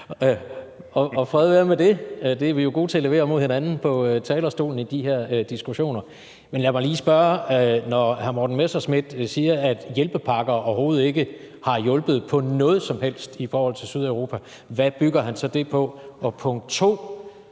og fred være med det, det er vi jo gode til at levere mod hinanden på talerstolen i de her diskussioner. Men lad mig lige spørge: Når hr. Morten Messerschmidt siger, at hjælpepakker overhovedet ikke har hjulpet på noget som helst i forhold til Sydeuropa, hvad bygger han så det på? Det var punkt 1.